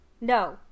no